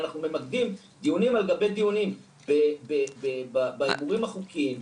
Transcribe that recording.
ואנחנו ממקדים דיונים על גבי דיונים בהימורים החוקיים,